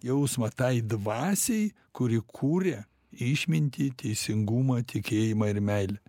jausmą tai dvasiai kuri kuria išmintį teisingumą tikėjimą ir meilę